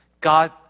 God